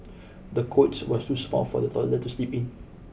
the cots was too small for the toddler to sleep in